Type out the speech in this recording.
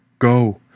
Go